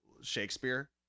Shakespeare